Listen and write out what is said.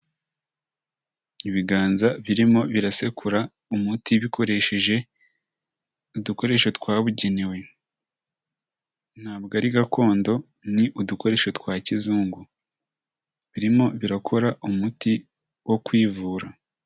Ibiganza birimo birasekura umuti bikoresheje udukoresho twabugenewe, ntabwo ari gakondo ni udukoresho twa kizungu Birimo birakora umuti wo kwivura.